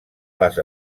les